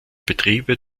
betriebe